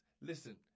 listen